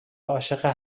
عاشق